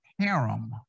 harem